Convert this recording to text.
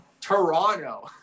Toronto